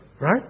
right